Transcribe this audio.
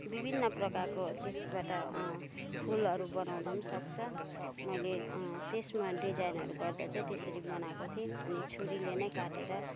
विभिन्न प्रकारको त्यसबाट फुलहरू बनाउन पनि सक्छ मैले त्यसमा डिजाइनहरू गर्दा चाहिँ त्यसरी बनाएको थिएँ अनि छुरीले नै काटेर